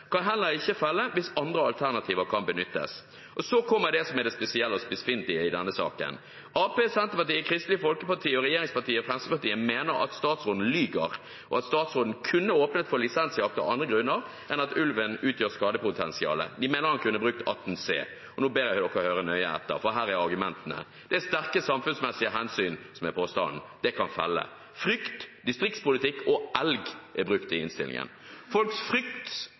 kan heller ikke felle hvis andre alternativer kan benyttes. Så kommer det som er det spesielle og spissfindige i denne saken: Arbeiderpartiet, Senterpartiet, Kristelig Folkeparti og regjeringspartiet Fremskrittspartiet mener at statsråden lyver, og at statsråden kunne åpnet for lisensjakt av andre grunner enn at ulven utgjør skadepotensial. De mener han kunne ha brukt § 18 bokstav c, og nå ber jeg dere høre nøye etter, for her er argumentene: Det er sterke samfunnsmessige hensyn som er påstanden, det kan gi felling. Frykt, distriktspolitikk og elg er brukt i innstillingen. Folks frykt